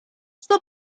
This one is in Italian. suo